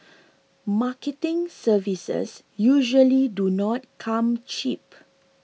marketing services usually do not come cheap